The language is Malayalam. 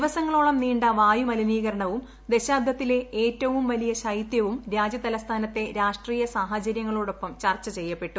ദിവസങ്ങളോളം നീണ്ട വായു മലിനീകരണവും ദശാബ്ധത്തിലെ ഏറ്റവും വലിയ രാജ്യതലസ്ഥാനത്തെ ശൈത്യവും രാഷ്ട്രീയ സാഹചര്യങ്ങളോടൊപ്പം ചർച്ച ചെയ്യപ്പെട്ടു